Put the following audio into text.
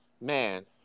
man